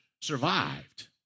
survived